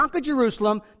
Jerusalem